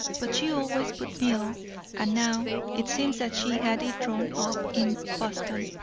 but she always put me off. and now it seems that she had it drawn up in boston.